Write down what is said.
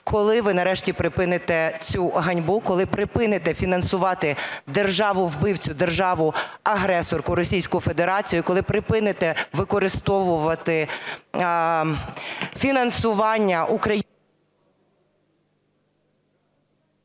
Коли ви нарешті припините цю ганьбу? Коли припините фінансувати державу-вбивцю, державу-агресорку Російську Федерацію? Коли припините використовувати фінансування…?